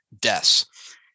deaths